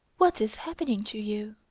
what is happening to you?